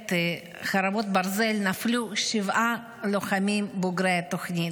מלחמת חרבות ברזל נפלו שבעה לוחמים בוגרי התוכנית: